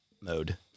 mode